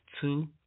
two